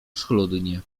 schludnie